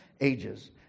ages